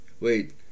Wait